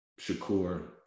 Shakur